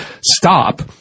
stop